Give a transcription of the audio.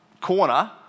corner